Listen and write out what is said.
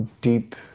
deep